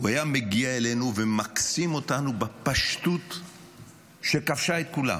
הוא היה מגיע אלינו ומקסים אותנו בפשטות שכבשה את כולם.